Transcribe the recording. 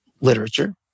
literature